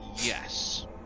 Yes